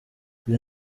iyi